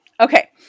Okay